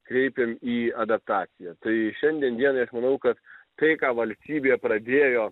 kreipiam į adaptaciją tai šiandien dienai aš manau kad tai ką valstybė pradėjo